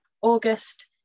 August